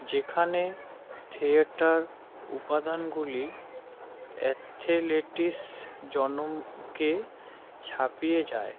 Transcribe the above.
যেখানে থিয়েটার উপাদানগুলি অ্যাথলেটিক্স জনমকে ছাপিয়ে যায়